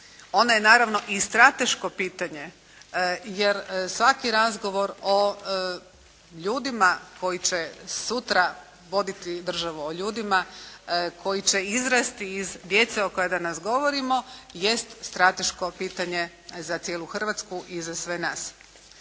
Ono je naravno i strateško pitanje jer svaki razgovor o ljudima koji će sutra voditi državu, o ljudima koji će izrasti iz djece o kojoj danas govorimo jest strateško pitanje za cijelu Hrvatsku i za sve nas.